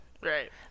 Right